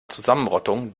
zusammenrottung